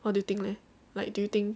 what do you think leh like do you think